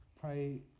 pray